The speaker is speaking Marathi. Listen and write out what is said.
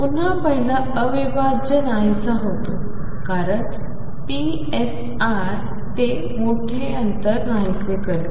पुन्हा पहिला अविभाज्य नाहीसा होतो कारण psi ते मोठे अंतर नाहीसे करते